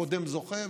הקודם זוכה,